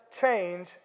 change